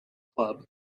club